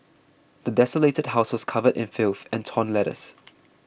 the desolated house was covered in filth and torn letters